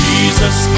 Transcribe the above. Jesus